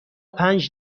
پنج